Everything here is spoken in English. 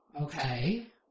okay